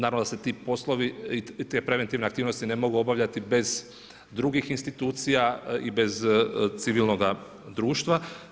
Naravno da se ti poslovi i te preventivne aktivnosti ne mogu obavljati bez drugih institucija i bez civilnoga društva.